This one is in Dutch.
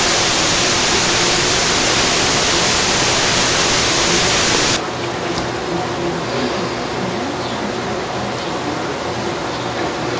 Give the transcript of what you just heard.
in een werk van kunst moet een artistiek evenwicht zijn